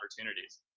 opportunities